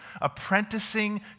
apprenticing